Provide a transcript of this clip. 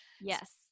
Yes